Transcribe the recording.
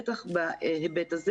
בטח בהיבט הזה.